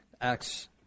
Acts